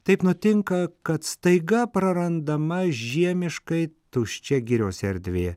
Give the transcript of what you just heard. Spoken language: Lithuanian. taip nutinka kad staiga prarandama žiemiškai tuščia girios erdvė